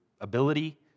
ability